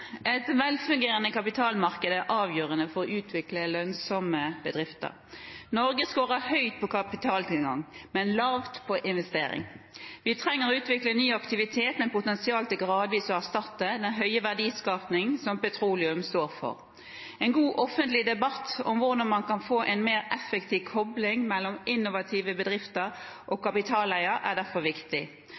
avgjørende for å utvikle lønnsomme bedrifter. Norge skårer høyt på kapitaltilgang, men lavt på investering. Vi trenger å utvikle ny aktivitet med potensial til gradvis å erstatte den høye verdiskapingen som petroleum står for. En god offentlig debatt om hvordan man kan få en mer effektiv kobling mellom innovative bedrifter og kapitaleiere er derfor viktig.